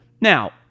Now